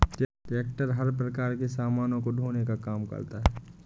tractor हर प्रकार के सामानों को ढोने का काम करता है